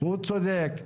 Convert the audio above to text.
הוא צודק.